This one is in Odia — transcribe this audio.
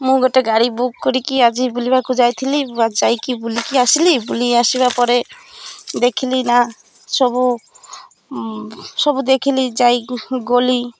ମୁଁ ଗୋଟେ ଗାଡ଼ି ବୁକ୍ କରିକି ଆଜି ବୁଲିବାକୁ ଯାଇଥିଲି ବା ଯାଇକି ବୁଲିକି ଆସିଲି ବୁଲି ଆସିବା ପରେ ଦେଖିଲି ନା ସବୁ ସବୁ ଦେଖିଲି ଯାଇ ଗଲି